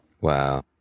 Wow